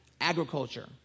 agriculture